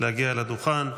להגיע אל הדוכן,